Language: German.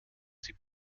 sie